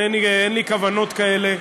אין לי כוונות כאלה,